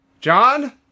John